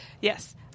Yes